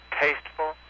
tasteful